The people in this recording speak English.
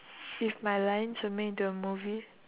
if my lunch were made into a movie